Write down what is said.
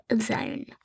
zone